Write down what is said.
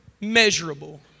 measurable